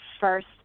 first